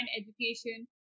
education